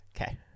Okay